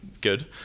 good